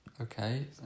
Okay